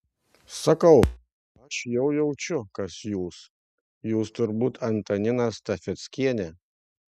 sakau aš jau jaučiu kas jūs jūs turbūt antanina stafeckienė